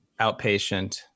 outpatient